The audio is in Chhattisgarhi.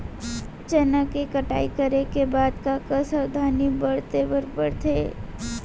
चना के कटाई करे के बाद का का सावधानी बरते बर परथे?